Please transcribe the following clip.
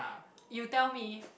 you tell me